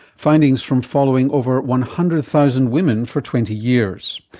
findings from following over one hundred thousand women for twenty years.